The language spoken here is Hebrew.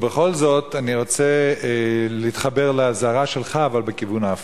ובכל זאת אני רוצה להתחבר לאזהרה שלך אבל בכיוון ההפוך.